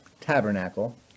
tabernacle